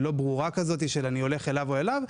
או אליו.